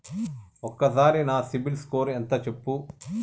ఒక్కసారి నా సిబిల్ స్కోర్ ఎంత చెప్పు?